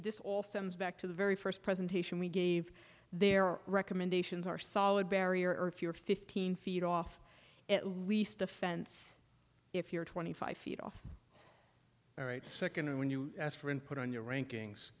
s all stems back to the very first presentation we gave their recommendations are solid barrier if you're fifteen feet off at least a fence if you're twenty five feet off all right second when you asked for input on your rankings